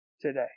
today